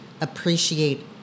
appreciate